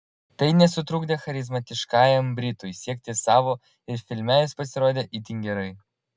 tai nesutrukdė charizmatiškajam britui siekti savo ir filme jis pasirodė itin gerai